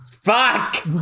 Fuck